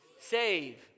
save